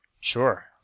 Sure